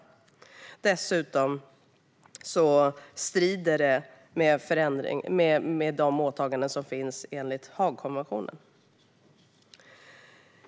Dessutom strider det mot våra åtaganden i Haagkonventionen.